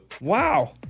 Wow